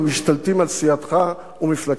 המשתלטים על סיעתך ומפלגתך.